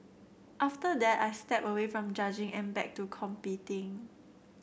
after that I stepped away from judging and back to competing